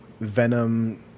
venom